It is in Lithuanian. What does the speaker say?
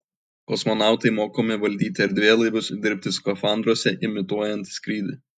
kosmonautai mokomi valdyti erdvėlaivius dirbti skafandruose imituojant skrydį